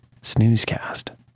snoozecast